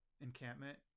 encampment